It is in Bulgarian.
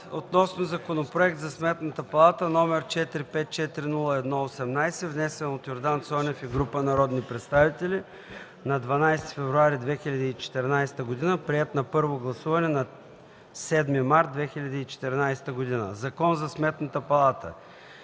относно Законопроект за Сметната палата, № 454-01-18, внесен от Йордан Цонев и група народни представители на 12 февруари 2014 г., приет на първо гласуване на 7 март 2014 г. „Закон за Сметната палата”.